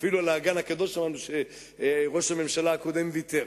אפילו על האגן הקדוש שמענו שראש הממשלה הקודם ויתר,